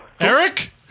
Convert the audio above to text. Eric